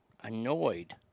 Annoyed